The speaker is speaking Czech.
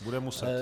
Bude muset.